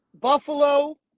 Buffalo